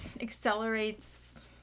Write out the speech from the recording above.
accelerates